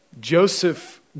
Joseph